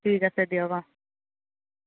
ঠিক আছে দিয়ক অ